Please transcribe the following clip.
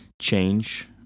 change